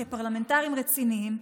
כפרלמנטרים רציניים,